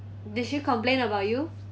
did you complain about you